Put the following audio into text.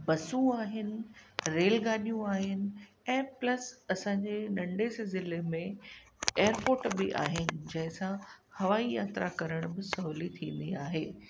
बसूं आहिनि रेलगाॾियूं आहिनि ऐं प्लस असांजे नंढे से ज़िले में एयरपोर्ट बि आहे जंहिंसां हवाई यात्रा करण बि सहुली थींदी आहे